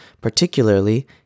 particularly